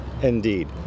Indeed